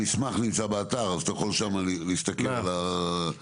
המסמך נמצא באתר, אתה יכול להסתכל עליו שם.